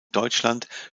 deutschland